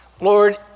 Lord